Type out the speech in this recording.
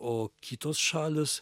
o kitos šalys